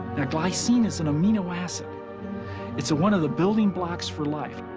ah glycine is an amino acid it's one of the building blocks for life.